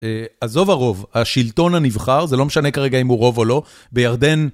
עזוב הרוב, השלטון הנבחר, זה לא משנה כרגע אם הוא רוב או לא, בירדן...